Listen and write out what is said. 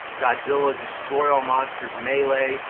godzilla destroy all monsters melee',